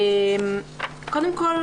קודם כל,